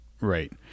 Right